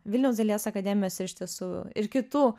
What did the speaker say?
vilniaus dailės akademijos ir iš tiesų ir kitų